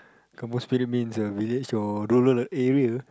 kampung spirit means uh village or rural area